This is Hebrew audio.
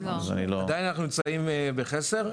אנחנו עדיין נמצאים בחסר,